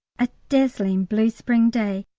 a dazzling blue spring day.